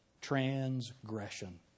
transgression